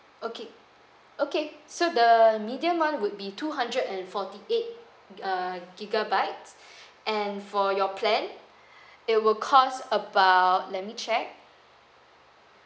okay okay so the medium [one] would be two hundred and forty eight err gigabytes and for your plan it will cost about let me check